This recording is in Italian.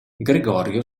gregorio